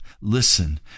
listen